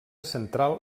central